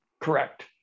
Correct